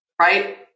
right